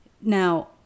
Now